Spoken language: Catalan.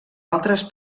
altres